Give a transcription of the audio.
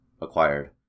acquired